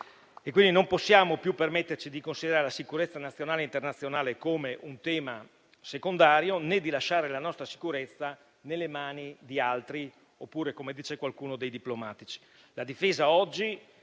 non possiamo più permetterci di considerare la sicurezza nazionale e internazionale come un tema secondario, né di lasciare la nostra sicurezza nelle mani di altri, oppure - come dice qualcuno - dei diplomatici.